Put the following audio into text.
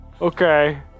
Okay